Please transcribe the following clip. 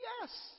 yes